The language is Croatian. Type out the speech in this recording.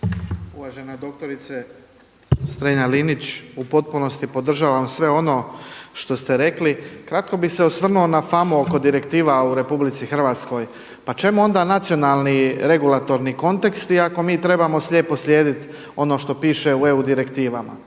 Uvažena doktorice Strenja-Linić u potpunosti podržavam sve ono što ste rekli. Kratko bih se osvrnuo na famu oko direktiva u RH, pa čemu onda nacionalni regulatorni konteksti ako mi trebamo slijepo slijediti ono što piše u EU direktivama.